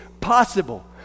possible